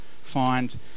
find